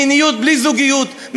מיניות בלי זוגיות,